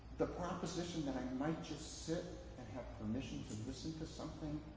the proposition that i might just fit and have permission to listen to something,